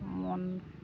ᱢᱚᱱ